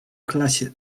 klasie